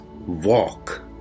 Walk